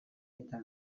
eta